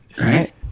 Right